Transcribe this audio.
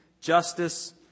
justice